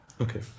Okay